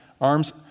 arms